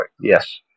Yes